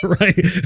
right